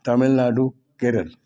Tamil Nadu Kerala